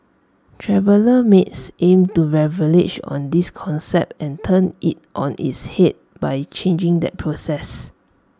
traveller mates aims to on this concept and turn IT on its Head by changing that process